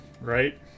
right